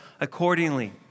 accordingly